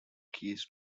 keys